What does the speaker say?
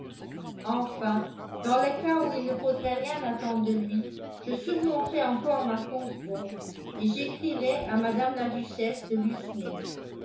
enfin dans le cas où il ne faudrait rien attendre de lui je surmonterais encore ma fausse honte et j'écrirais à mme la duchesse de